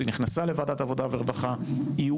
היא נכנסה לוועדת העבודה והרווחה,